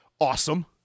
awesome